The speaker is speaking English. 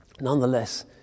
nonetheless